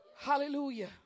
Hallelujah